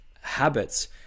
habits